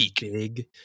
big